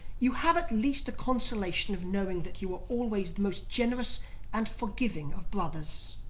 you have at least the consolation of knowing that you were always the most generous and forgiving of brothers.